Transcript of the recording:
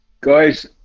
guys